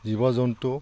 জীৱ জন্তু